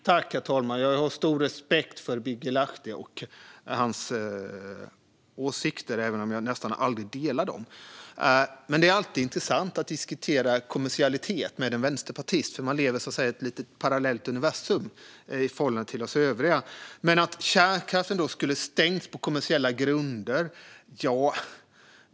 Herr talman! Jag har stor respekt för Birger Lahti och hans åsikter även om jag nästan aldrig delar dem. Det är alltid intressant att diskutera kommersialitet med en vänsterpartist, för de lever i ett parallellt universum i förhållande till oss övriga. Stängdes kärnkraften på kommersiella grunder?